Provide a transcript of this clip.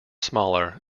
smaller